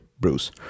Bruce